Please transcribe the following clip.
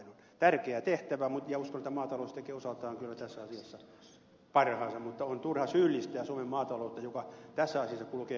tärkeä tehtävä ja uskon että maatalous tekee osaltaan kyllä tässä asiassa parhaansa mutta on turha syyllistää suomen maataloutta joka tässä asiassa kuitenkin kulkee kansainvälisessä kärjessä